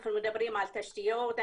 אנחנו מדברים על תשתיות,